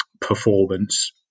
performance